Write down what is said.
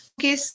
Okay